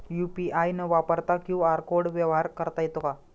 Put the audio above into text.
UPI न वापरता QR कोडने व्यवहार करता येतो का?